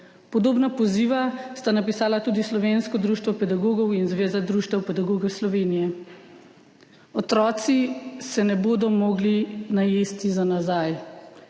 Podobna poziva sta napisala tudi Slovensko društvo pedagogov in Zveza društev pedagogov Slovenije. Otroci se ne bodo mogli najesti za nazaj,